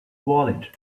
wallet